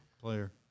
player